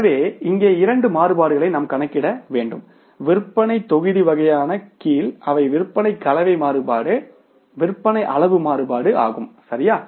எனவே இங்கே இரண்டு மாறுபாடுகளை நாம் கணக்கிட வேண்டும் விற்பனை தொகுதி வகையின் கீழ் அவை விற்பனை கலவை மாறுபாடு விற்பனை அளவு மாறுபாடு ஆகும் சரியா